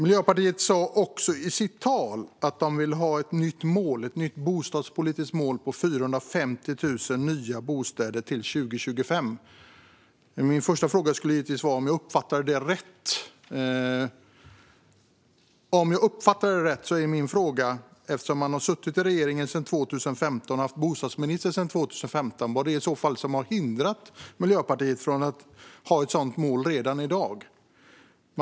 Miljöpartiets Rasmus Ling sa också i sitt anförande att man vill ha ett nytt bostadspolitiskt mål om 450 000 nya bostäder till 2025. Min första fråga är givetvis om jag uppfattade det rätt. Om jag uppfattade det rätt är min fråga, eftersom man har suttit i regeringen sedan 2014 och haft bostadsministerposten sedan 2015, vad det i så fall är som har hindrat Miljöpartiet från att ha ett sådant mål redan i dag.